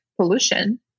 pollution